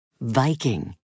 Viking